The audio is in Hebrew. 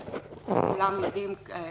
כולם יודעים, כמובן,